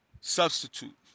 substitute